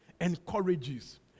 encourages